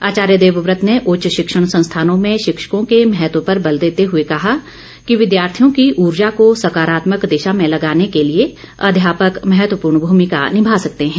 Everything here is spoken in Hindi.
आचार्य देवव्रत ने उच्च शिक्षण संस्थानों में शिक्षकों के महत्व पर बल देते हए कहा कि विद्यार्थियों की उर्जा को सकारात्मक दिशा में लगाने के लिए अध्यापक महत्वपूर्ण भूमिका निभा सकते हैं